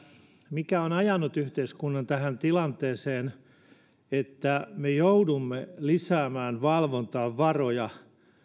mikä on ajanut yhteiskunnan tähän tilanteeseen että me joudumme lisäämään valvontaan varoja